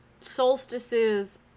solstices